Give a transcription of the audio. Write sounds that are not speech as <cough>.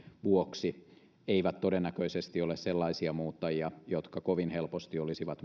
vuoksi eivät todennäköisesti ole sellaisia muuttajia jotka kovin helposti olisivat <unintelligible>